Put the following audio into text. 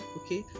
okay